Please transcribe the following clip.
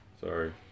Sorry